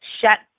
Shut